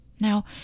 Now